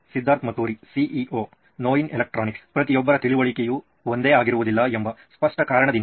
Siddharth Maturi CEO ನೋಯಿನ್ electronics ಪ್ರತಿಯೊಬ್ಬರ ತಿಳುವಳಿಕೆಯು ಒಂದೇ ಆಗಿರುವುದಿಲ್ಲ ಎಂಬ ಸ್ಪಷ್ಟ ಕಾರಣದಿಂದ